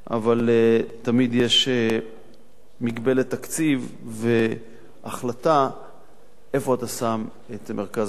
אבל תמיד יש מגבלת תקציב והחלטה איפה אתה שם את מרכז הכובד.